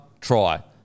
try